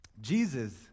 Jesus